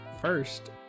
first